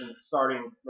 starting